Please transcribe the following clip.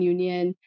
Union